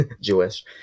jewish